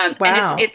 Wow